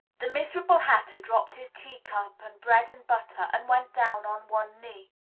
the miserable hatter dropped his teacup and bread and butter and went down on one knee.